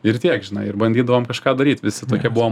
ir tiek žinai ir bandydavom kažką daryt visi tokie buvom